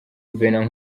venant